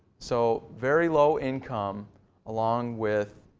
so very low income along with